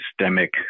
systemic